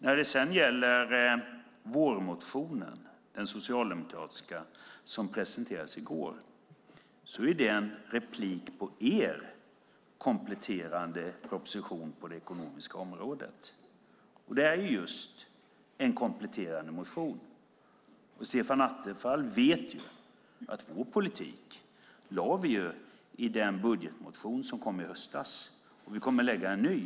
När det sedan gäller den socialdemokratiska vårmotionen, som presenterades i går, är den en replik på er kompletterande proposition på det ekonomiska området. Den är just en kompletterande motion. Stefan Attefall vet ju att vår politik lade vi fram i den budgetmotion som kom i höstas, och vi kommer att lägga fram en ny.